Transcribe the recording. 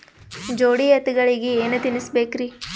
ಜೋಡಿ ಎತ್ತಗಳಿಗಿ ಏನ ತಿನಸಬೇಕ್ರಿ?